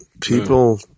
People